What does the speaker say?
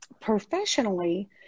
professionally